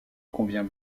convient